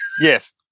Yes